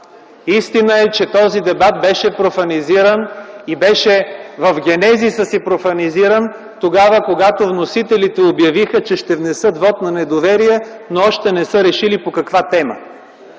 Истина е, че този дебат беше профанизиран и беше в генезиса си профанизиран, тогава, когато вносителите обявиха, че ще внесат вот на недоверие, но още не са решили по каква тема.